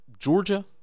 Georgia